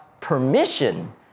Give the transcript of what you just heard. permission